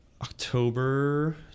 October